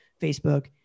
Facebook